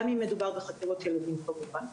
גם אם מדובר בחקירות ילדים כמובן,